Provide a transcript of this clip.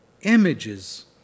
images